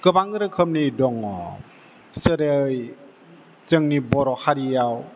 गोबां रोखोमनि दङ जेरै जोंनि बर' हारियाव